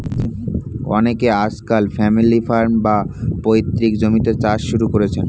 অনেকে আজকাল family farm, বা পৈতৃক জমিতে চাষ শুরু করেছেন